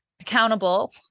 accountable